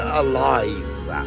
alive